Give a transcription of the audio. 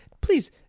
Please